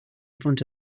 front